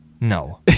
No